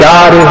God